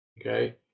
okay